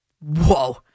Whoa